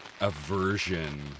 aversion